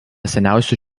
seniausių